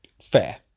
fair